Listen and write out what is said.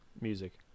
music